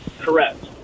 Correct